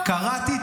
קראתי.